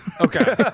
Okay